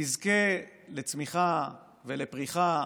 תזכה לצמיחה ולפריחה